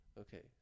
Okay